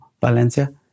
Valencia